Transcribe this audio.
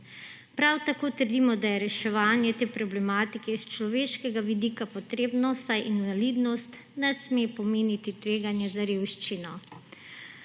Prav tako trdimo, da je reševanje te problematike s človeškega vidika potrebno, saj invalidnost ne sme pomeniti tveganja za revščino.